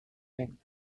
ding